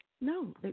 No